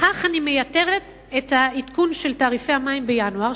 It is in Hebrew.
בכך אני מייתרת את העדכון של תעריפי המים בינואר,